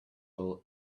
all